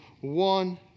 one